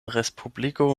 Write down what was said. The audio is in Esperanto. respubliko